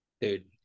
Dude